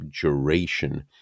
duration